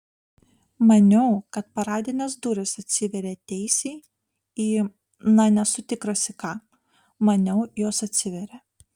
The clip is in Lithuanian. maniau kad paradinės durys atsiveria teisiai į na nesu tikras į ką maniau jos atsiveria